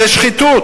זה שחיתות.